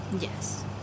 Yes